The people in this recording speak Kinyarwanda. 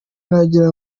nagira